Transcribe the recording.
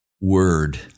Word